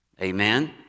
amen